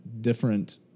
different